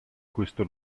questo